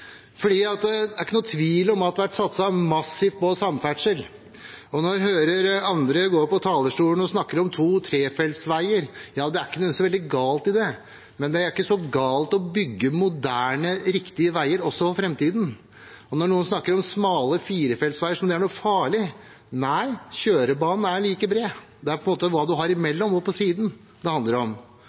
Det er ingen tvil om at det har vært satset massivt på samferdsel. Når jeg hører andre gå på talerstolen og snakke om to- og trefeltsveier, vil jeg si: Det er ikke noe veldig galt i det, men det er heller ikke så galt å bygge moderne, riktige veier også for framtiden. Og til dem som snakker om smale firefeltsveier som om det er noe farlig: Nei, kjørebanen er like bred. Det er det man har imellom og på siden, det handler om.